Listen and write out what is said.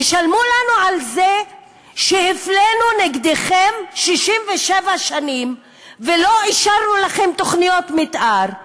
תשלמו לנו על זה שהפלינו אתכם 67 שנים ולא אישרנו לכם תוכניות מתאר,